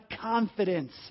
confidence